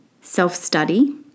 self-study